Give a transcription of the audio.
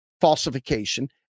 falsification